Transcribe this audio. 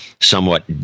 Somewhat